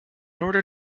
order